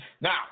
Now